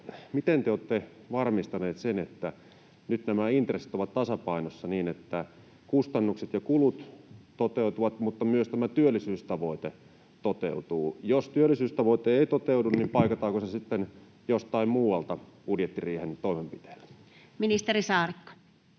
Miten te olette varmistaneet sen, että nyt nämä intressit ovat tasapainossa niin, että kustannukset ja kulut toteutuvat mutta myös tämä työllisyystavoite toteutuu? Jos työllisyystavoite ei toteudu, niin paikataanko se sitten jostain muualta budjettiriihen toimenpiteillä? Ministeri Saarikko.